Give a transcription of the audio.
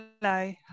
hello